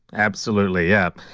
absolutely. yeah.